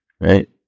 right